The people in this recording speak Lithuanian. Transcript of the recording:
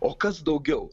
o kas daugiau